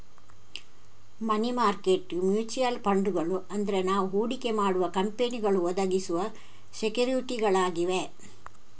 ಮನಿ market mutual ಫಂಡುಗಳು ಅಂದ್ರೆ ನಾವು ಹೂಡಿಕೆ ಮಾಡುವ ಕಂಪನಿಗಳು ಒದಗಿಸುವ ಸೆಕ್ಯೂರಿಟಿಗಳಾಗಿವೆ